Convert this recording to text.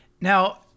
Now